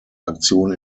aktion